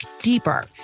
deeper